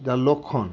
যার লক্ষণ